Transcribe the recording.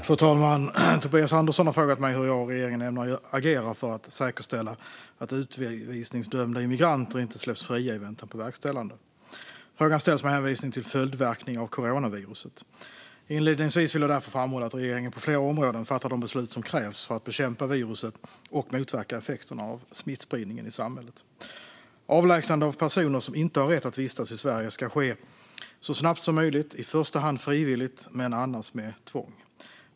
Fru talman! Tobias Andersson har frågat mig hur jag och regeringen ämnar agera för att säkerställa att utvisningsdömda immigranter inte släpps fria i väntan på verkställande. Frågan ställs med hänvisning till följdverkningar av coronaviruset. Inledningsvis vill jag därför framhålla att regeringen på flera områden fattar de beslut som krävs för att bekämpa viruset och motverka effekterna av smittspridningen i samhället. Avlägsnande av personer som inte har rätt att vistas i Sverige ska ske så snabbt som möjligt och i första hand frivilligt men annars med tvång.